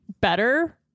better